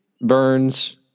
Burns